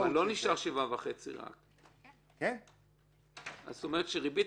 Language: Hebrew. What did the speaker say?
אבל לא נשאר רק 7.5%. זאת אומרת שריבית